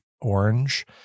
orange